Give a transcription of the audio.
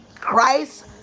christ